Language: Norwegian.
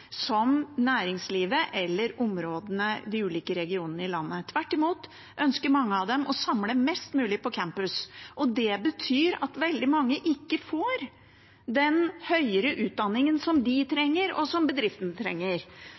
som næringslivet eller de ulike regionene i landet. Tvert imot ønsker mange av dem å samle mest mulig på campus. Det betyr at veldig mange ikke får den høyere utdanningen som de trenger, og som bedriften trenger.